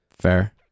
fair